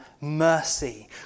mercy